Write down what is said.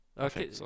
Okay